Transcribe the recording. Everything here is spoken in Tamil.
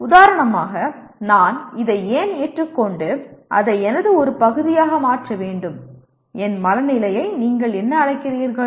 உதாரணமாக நான் இதை ஏன் ஏற்றுக்கொண்டு அதை எனது ஒரு பகுதியாக மாற்ற வேண்டும் என் மனநிலையை நீங்கள் என்ன அழைக்கிறீர்கள்